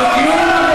מוסלמי, חברים.